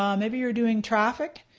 um maybe you're doing traffic.